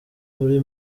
muri